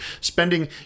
spending